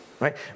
Right